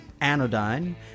Anodyne